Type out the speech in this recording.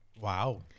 Wow